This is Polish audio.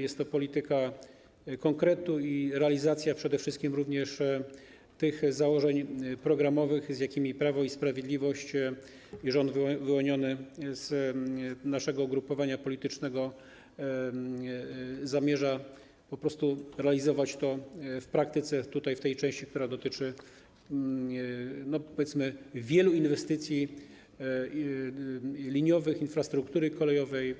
Jest to polityka konkretu i realizacja przede wszystkim założeń programowych, jakie Prawo i Sprawiedliwość i rząd wyłoniony z naszego ugrupowania politycznego zamierza po prostu realizować, zastosować w praktyce tutaj, w tej części, która dotyczy, powiedzmy, wielu inwestycji liniowych infrastruktury kolejowej